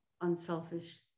unselfish